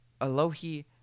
Alohi